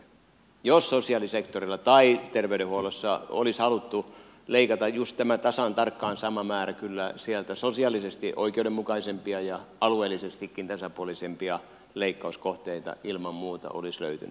jos sosiaalisektorilla tai terveydenhuollossa olisi haluttu leikata just tasan tarkkaan tämä sama määrä kyllä sieltä sosiaalisesti oikeudenmukaisempia ja alueellisestikin tasapuolisempia leikkauskohteita ilman muuta olisi löytynyt